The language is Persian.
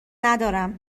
ندارم